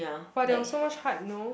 but there was so much hype no